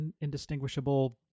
indistinguishable